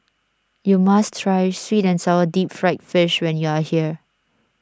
you must try Sweet and Sour Deep Fried Fish when you are here